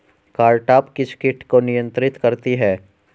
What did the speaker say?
Cartap किस किट को नियंत्रित करती है?